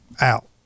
out